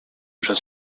przez